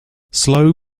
slow